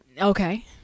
okay